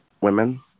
women